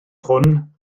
hwn